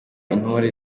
intore